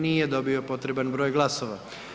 Nije dobio potreban broj glasova.